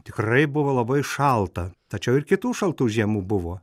tikrai buvo labai šalta tačiau ir kitų šaltų žiemų buvo